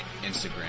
Instagram